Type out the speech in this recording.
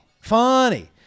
Funny